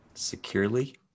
securely